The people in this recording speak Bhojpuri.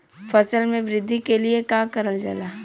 फसल मे वृद्धि के लिए का करल जाला?